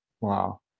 Wow